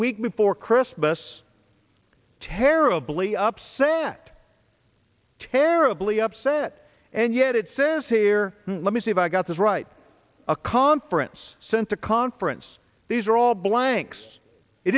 week before christmas terribly upset terribly upset and yet it says here let me see if i got this right a conference center conference these are paul blanks